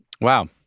wow